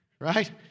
Right